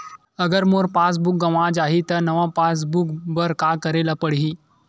अगर मोर pass book गवां जाहि त नवा पास बुक बर का करे ल पड़हि?